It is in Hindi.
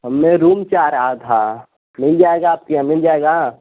हमें रूम चाह रहा था मिल जाएगा आपके यहाँ मिल जाएगा